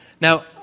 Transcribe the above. Now